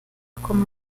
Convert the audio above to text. como